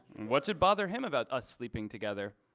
what's it bother him about us sleeping together?